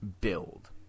build